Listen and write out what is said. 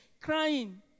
crying